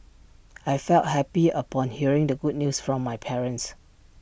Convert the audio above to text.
I felt happy upon hearing the good news from my parents